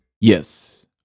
Yes